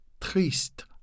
triste